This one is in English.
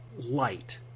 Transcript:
light